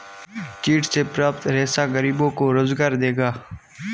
चीड़ से प्राप्त रेशा गरीबों को रोजगार देगा